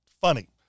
funny